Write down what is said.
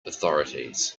authorities